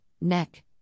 neck